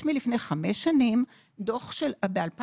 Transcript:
יש מלפני חמש שנים, ב-2018,